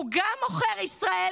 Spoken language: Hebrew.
הוא גם עוכר ישראל,